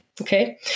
Okay